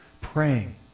praying